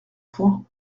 point